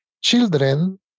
Children